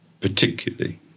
particularly